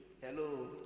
Hello